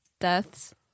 deaths